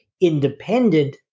independent